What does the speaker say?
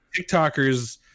TikTokers